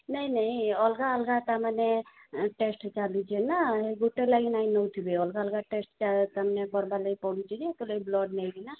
ନାଇଁ ନାଇଁ ଅଲଗା ଅଲଗା ତାମାନେେ ଟେଷ୍ଟ ଚାଲିଛେ ନା ଗୋଟେ ଲାଗି ନାଇଁ ନଉଥିବେ ଅଲଗା ଅଲଗା ଟେଷ୍ଟ ମାନେ କର୍ବା ଲାଗି ପଡ଼ୁଛି ଯେ ତା' ଲାଗି ବ୍ଲଡ଼୍ ନେବି ନା